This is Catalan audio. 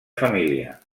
família